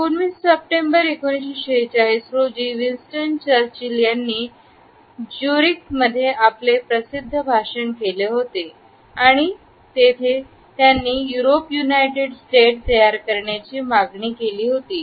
19 September 1946 रोजी Winston Churchill यांनी ज्यूरिकमध्ये आपले प्रसिद्ध भाषण केले होते आणि जेथे त्याने युरोप युनायटेड स्टेट तयार करण्याची मागणी केली होती